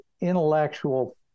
intellectual